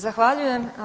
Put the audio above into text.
Zahvaljujem.